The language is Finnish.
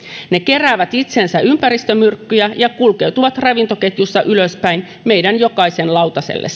ne keräävät itseensä ympäristömyrkkyjä ja kulkeutuvat ravintoketjussa ylöspäin meidän jokaisen lautaselle